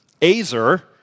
Azer